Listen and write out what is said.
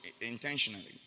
intentionally